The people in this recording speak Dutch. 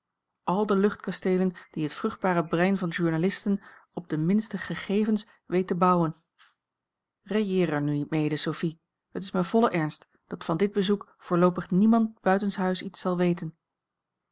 al de luchtkasteelen die het vruchtbare brein van journalisten op de minste gegevens weet te bouwen railleer er nu niet mede sophie het is mij volle ernst dat van dit bezoek voorloopig niemand buitenshuis iets zal weten